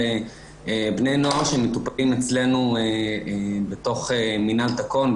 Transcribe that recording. בני נוער שמטופלים אצלנו בתוך מינהל תקון,